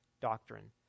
doctrine